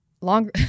longer